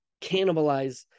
cannibalize